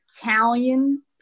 Italian